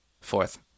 Fourth